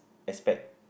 aspect